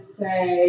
say